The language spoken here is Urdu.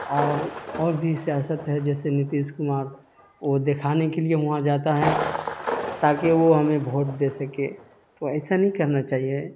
اور اور بھی سیاست ہے جیسے نتیش کمار وہ دکھانے کے لیے وہاں جاتا ہیں تاکہ وہ ہمیں بھوٹ دے سکے تو ایسا نہیں کرنا چاہیے